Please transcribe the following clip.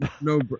No